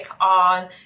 on